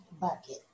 bucket